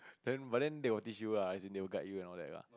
then but then they will teach you ah as in they will guide you and all that lah